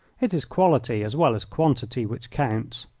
it is quality as well as quantity which counts.